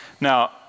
now